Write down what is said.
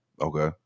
Okay